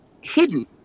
hidden